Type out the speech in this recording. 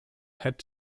had